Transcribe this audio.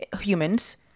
humans